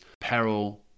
peril